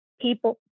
people